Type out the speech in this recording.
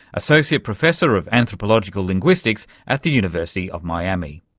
associate professor of anthropological linguistics at the university of miami.